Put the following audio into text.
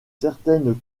certaines